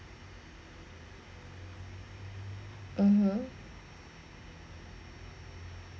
(uh huh)